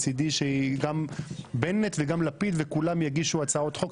מצדי שגם בנט וגם לפיד וכולם יגישו הצעות חוק.